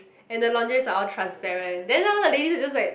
and the lingeries are all transparent then now the ladies are just like